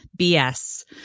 BS